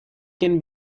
can